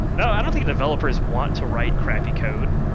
no, i don't think developers want to write crappy code.